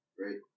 right